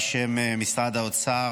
בשם משרד האוצר,